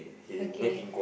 okay